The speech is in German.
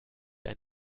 ein